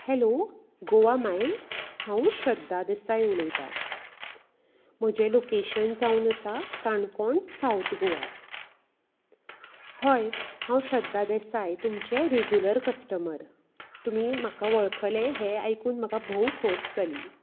hello Goa miles हांव श्रध्दा देसाय उलयता म्हजें लोकेशन जावन आसा काणकोण साउथ गोवा हय हांव श्रध्दा देसाय तुमचें रेगुलर कस्टमर तुमी म्हाका वळखलें हें आयकून म्हाका भोव खोस जाली